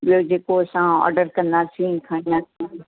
ॿियो जेको असां ऑडर कंदासीं खाईंदासीं